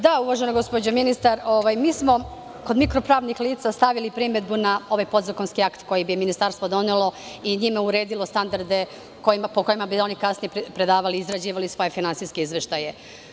Da, uvažena gospođo ministarko, mi smo kod mikro pravnih lica stavili primedbu na ovaj podzakonski akt koje bi ministarstvo donelo i njime uredilo standarde po kojima bi oni kasnije predavali i izrađivali svoje finansijske izveštaje.